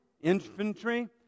infantry